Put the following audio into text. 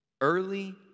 Early